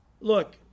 look